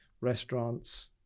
restaurants